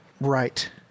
Right